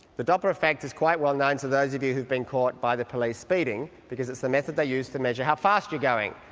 the doppler effect is quite well known those of you who've been caught by the police speeding because it's the method they use to measure how fast you're going.